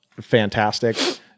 fantastic